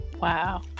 Wow